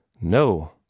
No